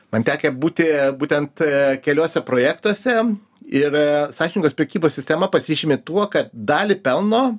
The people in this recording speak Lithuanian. man tekę būti būtent keliuose projektuose ir sąžiningos prekybos sistema pasižymi tuo kad dalį pelno